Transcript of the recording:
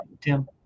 Tim